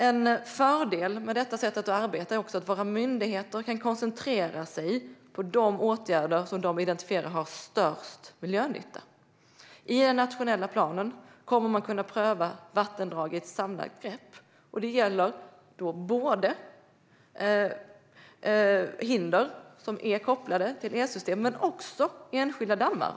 En fördel med detta sätt att arbeta är också att våra myndigheter kan koncentrera sig på de åtgärder man bedömer har störst miljönytta. I den nationella planen kommer man att kunna pröva vattendrag i ett samlat grepp, och det gäller då inte bara hinder som är kopplade till elsystem utan även enskilda dammar.